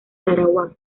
sarawak